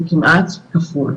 זה כמעט כפול.